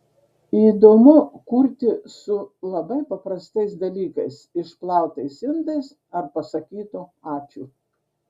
įdomu kurti su labai paprastais dalykais išplautais indais ar pasakytu ačiū